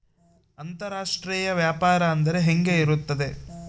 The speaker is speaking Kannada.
ಅಂತರಾಷ್ಟ್ರೇಯ ವ್ಯಾಪಾರ ಅಂದರೆ ಹೆಂಗೆ ಇರುತ್ತದೆ?